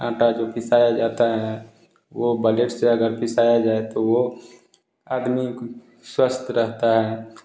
आटा को पिसाया जाता है वो बगट से अगर पिसाया जाये तो वो आदमी स्वस्थ रहता है